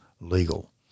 legal